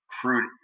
crude